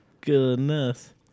Goodness